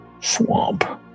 Swamp